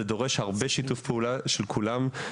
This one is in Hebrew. זה דורש שיתוף פעולה של כולם.